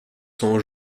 sont